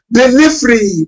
delivery